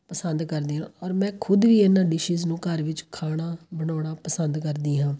ਪਸੰਦ ਕਰਦੇ ਹਾਂ ਔਰ ਮੈਂ ਖੁਦ ਵੀ ਇਹਨਾਂ ਡਿਸੀਜ਼ ਨੂੰ ਘਰ ਵਿੱਚ ਖਾਣਾ ਬਣਾਉਣਾ ਪਸੰਦ ਕਰਦੀ ਹਾਂ